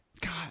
God